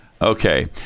Okay